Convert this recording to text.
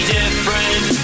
different